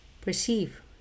perceive